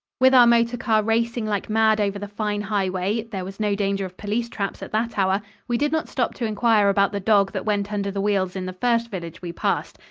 with our motor car racing like mad over the fine highway there was no danger of police traps at that hour we did not stop to inquire about the dog that went under the wheels in the first village we passed.